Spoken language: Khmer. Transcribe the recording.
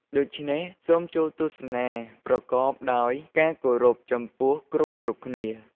ដូច្នេះសូមចូលទស្សនាប្រកបដោយការគោរពចំពោះគ្រប់ៗគ្នា។